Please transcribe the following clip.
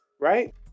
right